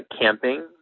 camping